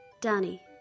Danny